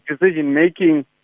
decision-making